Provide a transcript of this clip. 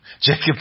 Jacob